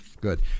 Good